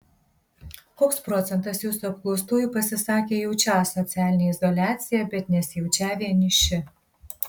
koks procentas jūsų apklaustųjų pasisakė jaučią socialinę izoliaciją bet nesijaučią vieniši